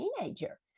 teenager